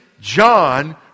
John